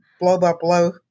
blow-by-blow